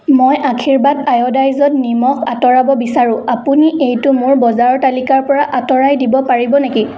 মই আশীৰ্বাদ আয়'ডাইজত নিমখ আঁতৰাব বিচাৰোঁ আপুনি এইটো মোৰ বজাৰৰ তালিকাৰপৰা আঁতৰাই দিব পাৰিব নেকি